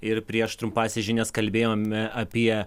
ir prieš trumpąsias žinias kalbėjome apie